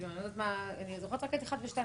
דווקא זה נושא של חוקה, זה לא של חוץ וביטחון.